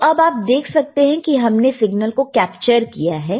तो अब आप देख सकते हैं हमने सिग्नल को कैप्चर किया है